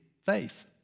faith